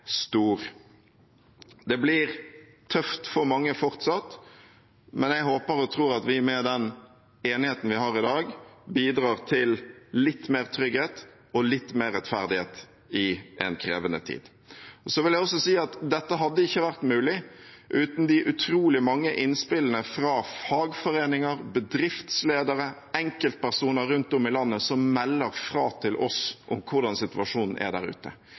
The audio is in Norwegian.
stor. Det blir tøft for mange fortsatt, men jeg håper og tror at vi med den enigheten vi har i dag, bidrar til litt mer trygghet og litt mer rettferdighet i en krevende tid. Så vil jeg også si at dette ikke hadde vært mulig uten de utrolig mange innspillene fra fagforeninger, bedriftsledere og enkeltpersoner rundt om i landet som melder fra til oss om hvordan situasjonen er der ute.